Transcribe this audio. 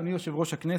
אדוני יושב-ראש הכנסת,